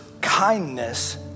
kindness